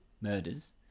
murders